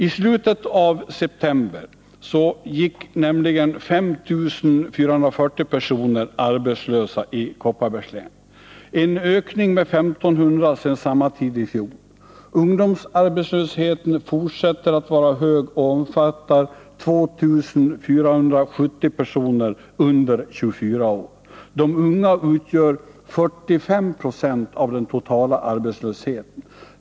I slutet av september gick 5 440 personer arbetslösa i Kopparbergs län — en ökning med 1 500 sedan samma tid i fjol. Ungdomsarbetslösheten fortsätter att vara hög och omfattar 2 470 personer under 24 år. De unga utgör 45 96 av den totala arbetslösheten.